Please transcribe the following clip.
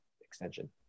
extension